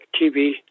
TV